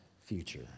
future